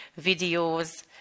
videos